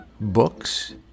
books